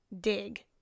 dig